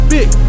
Big